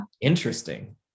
interesting